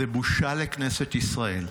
זו בושה לכנסת ישראל.